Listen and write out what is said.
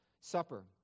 Supper